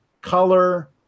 color